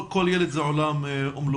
כל ילד זה עולם ומלואו.